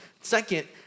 Second